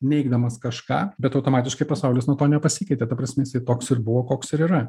neigdamas kažką bet automatiškai pasaulis nuo to nepasikeitė ta prasme jisai toks ir buvo koks ir yra